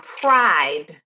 pride